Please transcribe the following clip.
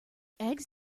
eggs